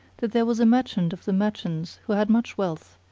that there was a merchant of the merchants who had much wealth,